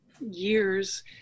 years